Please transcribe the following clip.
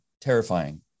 terrifying